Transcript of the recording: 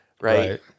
right